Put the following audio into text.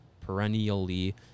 perennially